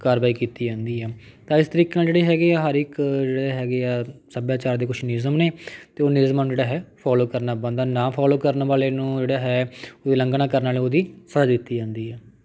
ਕਾਰਵਾਈ ਕੀਤੀ ਜਾਂਦੀ ਆ ਤਾਂ ਇਸ ਤਰੀਕੇ ਨਾਲ ਜਿਹੜੇ ਹੈਗੇ ਆ ਹਰ ਇੱਕ ਜਿਹੜੇ ਹੈਗੇ ਆ ਸੱਭਿਆਚਾਰ ਦੇ ਕੁਛ ਨਿਯਮ ਨੇ ਅਤੇ ਉਹ ਨਿਯਮਾਂ ਨੂੰ ਜਿਹੜਾ ਹੈ ਫੋਲੋ ਕਰਨਾ ਬਣਦਾ ਨਾ ਫੋਲੋ ਕਰਨ ਵਾਲੇ ਨੂੰ ਜਿਹੜਾ ਹੈ ਉਹਦੇ ਉਲੰਘਣਾ ਕਰਨ ਵਾਲੇ ਉਹਦੀ ਸਜ਼ਾ ਦਿੱਤੀ ਜਾਂਦੀ ਹੈ